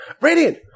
radiant